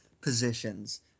positions